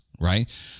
right